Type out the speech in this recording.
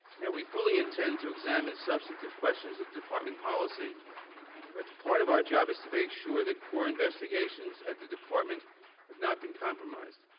now we fully intend to examine substantive questions of department policy but part of our job is to make sure that the core investigation at the department have not been compromised.